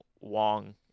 Wong